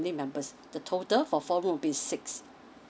members the total for four room would be six